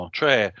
Cioè